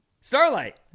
Starlight